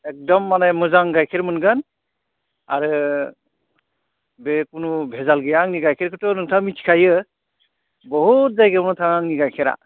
एखदम माने मोजां गाइखेर मोनगोन आरो बे खुनु भेजाल गैया आंनि गाइखेरखोथ' नोंथाङा मिथिखायो बुहुद जायगायावनो थाङो आंनि गाइखेरा